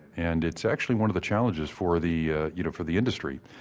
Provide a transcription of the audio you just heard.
and it's actually one of the challenges for the ah you know for the industry,